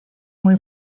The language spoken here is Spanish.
muy